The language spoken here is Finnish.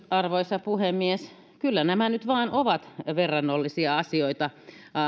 arvoisa puhemies kyllä nämä nyt vain ovat verrannollisia asioita